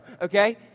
Okay